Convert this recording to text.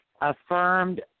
affirmed